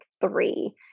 three